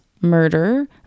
murder